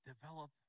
develop